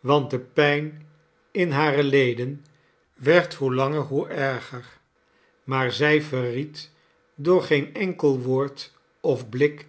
want de pijn in hare leden werd hoe ianger hoe erger maar zij verried door geen enkel woord of blik